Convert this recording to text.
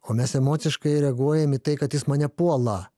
o mes emociškai reaguojam į tai kad jis mane puola